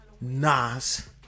nas